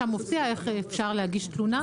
שם מופיע איך אפשר להגיש תלונה.